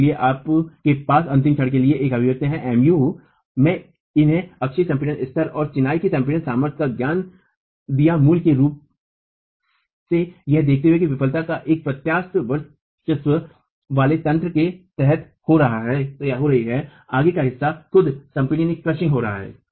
और इसलिए अब आपके पास अंतिम क्षण के लिए एक अभिव्यक्ति है M u ने इन्हें अक्षीय संपीड़न स्तर और चिनाई की संपीडन सामर्थ्य का ज्ञान दियामूल रूप से यह देखते हुए कि विफलता एक प्रत्यास्थ वर्चस्व वाले तंत्र के तहत हो रही है आगे का हिस्सा खुद संपीडन हो रहा है